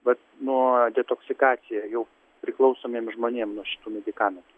vat nu detoksikacija jau priklausomiem žmonėm nuo šitų medikamentų